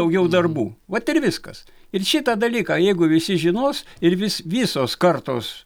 daugiau darbų vat ir viskas ir šitą dalyką jeigu visi žinos ir vis visos kartos